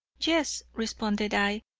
yes, responded i,